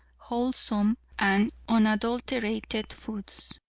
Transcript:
wholesome and unadulterated foods.